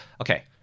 okay